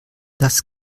das